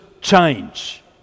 change